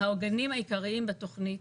העוגנים העיקריים בתוכנית.